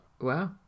Wow